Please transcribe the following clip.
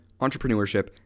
entrepreneurship